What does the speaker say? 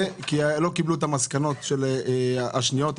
כי לא קיבלו את המסקנות השניות של הניסוי,